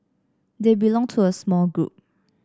they belong to a small group